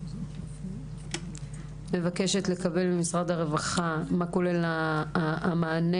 אני מבקשת לקבל ממשרד הרווחה מה כולל המענה